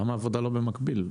למה העבודה לא במקביל?